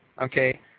okay